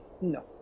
No